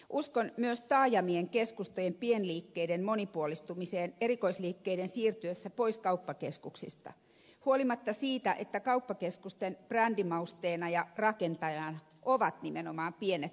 uskon myös taajamien keskustojen pienliikkeiden monipuolistumiseen erikoisliikkeiden siirtyessä pois kauppakeskuksista huolimatta siitä että kauppakeskusten brändimausteina ja rakentajina ovat nimenomaan pienet yrittäjävetoiset erikoisliikkeet